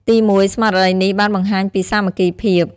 ទីមួយ ស្មារតីនេះបានបង្ហាញពី សាមគ្គីភាព។